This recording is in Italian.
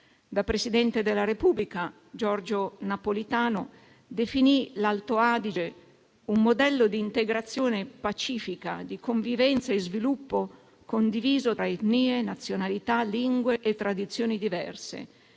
Da Presidente della Repubblica, Giorgio Napolitano, definì l'Alto Adige un modello di integrazione pacifica, di convivenza e sviluppo condiviso tra etnie, nazionalità, lingue e tradizioni diverse,